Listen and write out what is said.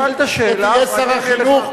כשתהיה שר החינוך,